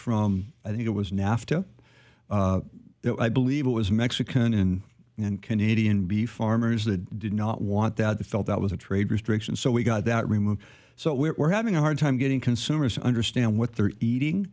from i think it was nafta i believe it was mexican and and canadian beef farmers that did not want that they felt that was a trade restrictions so we got that removed so we're having a hard time getting consumers understand what they're eating